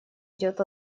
идет